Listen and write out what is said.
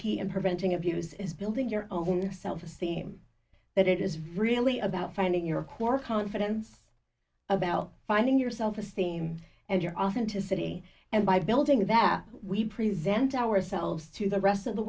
key in preventing abuse is building your own self esteem that it is really about finding your core confidence about finding yourself esteem and your authenticity and by building that we present ourselves to the rest of the